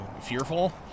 Fearful